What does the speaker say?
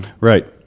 Right